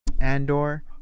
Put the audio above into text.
Andor